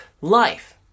life